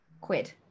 quid